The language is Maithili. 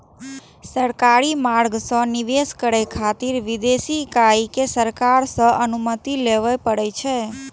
सरकारी मार्ग सं निवेश करै खातिर विदेशी इकाई कें सरकार सं अनुमति लेबय पड़ै छै